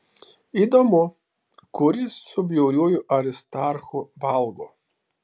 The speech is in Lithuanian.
įdomu kur jis su bjauriuoju aristarchu valgo